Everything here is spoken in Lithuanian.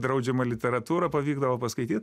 draudžiamą literatūrą pavykdavo paskaityt